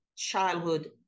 childhood